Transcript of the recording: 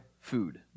food